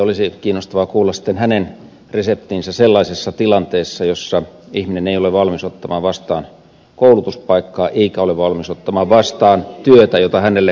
olisi kiinnostavaa kuulla sitten hänen reseptinsä sellaisessa tilanteessa jossa ihminen ei ole valmis ottamaan vastaan koulutuspaikkaa eikä ole valmis ottamaan vastaan työtä jota hänelle tarjotaan